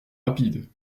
rapides